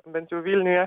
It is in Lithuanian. bent jau vilniuje